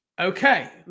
okay